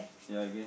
ya I guess